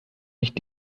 nicht